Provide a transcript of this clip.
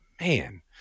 man